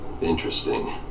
Interesting